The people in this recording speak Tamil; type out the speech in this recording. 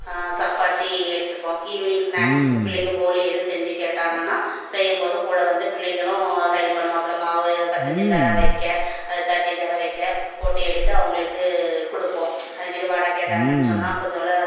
சப்பாத்தி எடுத்துப்போம் ஈவினிங் ஸ்நாக்ஸுக்கு பிள்ளைங்க போளி எதுவும் செஞ்சு கேட்டாங்கன்னா செய்யும்போது கூட வந்து பிள்ளைங்களும் ஹெல்ப் பண்ணுவாப்பில மாவு பெசைஞ்சி தர வைக்க தட்டித்தர வைக்க போட்டு எடுத்து அவங்களுக்குக் கொடுப்போம் அதேமாரி வடை கேட்டாங்கன்னு சொன்னால் கொஞ்சோம்